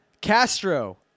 Castro